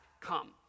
come